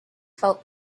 felt